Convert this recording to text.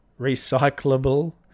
Recyclable